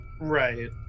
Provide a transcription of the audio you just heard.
Right